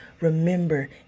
Remember